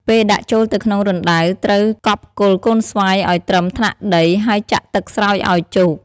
ពេលដាក់ចូលទៅក្នុងរណ្ដៅ ត្រូវកប់គល់កូនស្វាយឲ្យត្រឹមថ្នាក់ដី ហើយចាក់ទឹកស្រោចឲ្យជោគ។